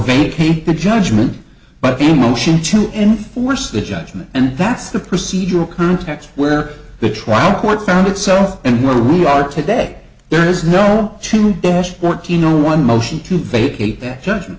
vacate the judgment but the motion to enforce the judgment and that's the procedural context where the trial court found itself and where we are today there is no to dash fourteen no one motion to vacate that judgment